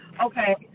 Okay